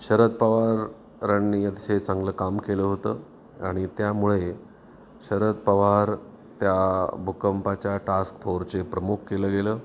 शरद पवारांनी अतिशय चांगलं काम केलं होतं आणि त्यामुळे शरद पवार त्या भूकंपाच्या टास्क फोरचे प्रमुख केलं गेलं